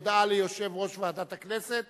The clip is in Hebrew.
הודעה ליושב-ראש ועדת הכנסת,